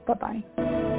Bye-bye